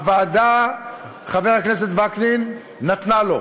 הוועדה, חבר הכנסת וקנין, נתנה לו.